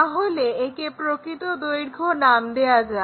তাহলে একে প্রকৃত দৈর্ঘ্য নাম দেওয়া যাক